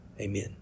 amen